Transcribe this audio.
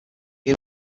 had